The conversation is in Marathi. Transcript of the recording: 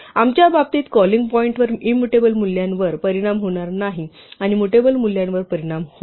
आमच्या बाबतीत कॉलिंग पॉइंटवर इंमुटेबल मूल्यांवर परिणाम होणार नाही आणि मुटेबल मूल्यांवर परिणाम होईल